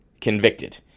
convicted